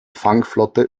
fangflotte